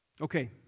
Okay